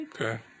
Okay